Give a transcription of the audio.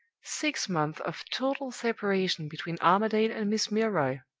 six months of total separation between armadale and miss milroy!